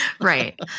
Right